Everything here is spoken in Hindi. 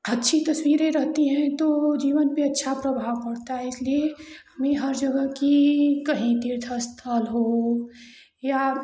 अच्छी तस्वीरें रहती है तो वो जीवन पर अच्छा प्रभाव पड़ता है इसलिए मैं हर जगह की कहीं तीर्थ स्थल हो या